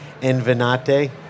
Envenate